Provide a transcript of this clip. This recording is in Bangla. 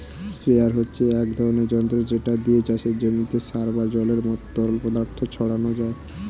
স্প্রেয়ার হচ্ছে এক ধরনের যন্ত্র যেটা দিয়ে চাষের জমিতে সার বা জলের মতো তরল পদার্থ ছড়ানো যায়